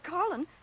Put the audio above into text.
Carlin